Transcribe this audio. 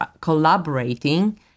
collaborating